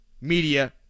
media